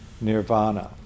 nirvana